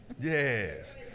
Yes